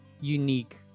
unique